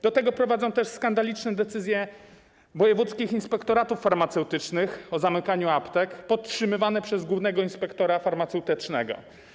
Do tego prowadzą też skandaliczne decyzje wojewódzkich inspektoratów farmaceutycznych o zamykaniu aptek podtrzymywane przez głównego inspektora farmaceutycznego.